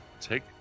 take